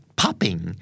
popping